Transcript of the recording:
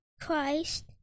Christ